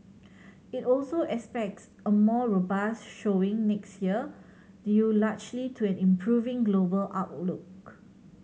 it also expects a more robust showing next year due largely to an improving global outlook